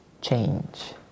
change